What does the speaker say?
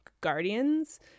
guardians